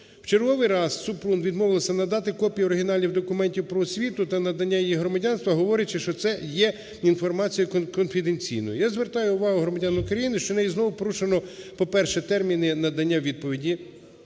В черговий раз Супрун відмовилася надати копії оригіналів документів про освіту та надання їй громадянства, говорячи, що це є інформація конфіденційна. Я звертаю увагу громадян України, що нею знову порушено, по-перше, терміни надання відповіді